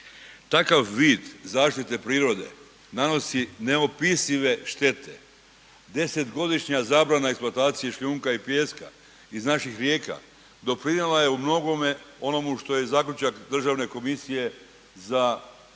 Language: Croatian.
Takav vid zaštite prirode nanosi neopisive štete, 10 godišnja zabrana eksploatacije šljunka i pijeska iz naših rijeka doprinijela je u mnogome onome što je zaključak državne komisije za štete